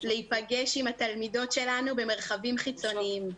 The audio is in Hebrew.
להיפגש עם התלמידות שלנו במרחבים חיצוניים.